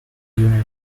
unit